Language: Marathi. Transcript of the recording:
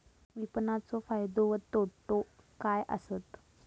विपणाचो फायदो व तोटो काय आसत?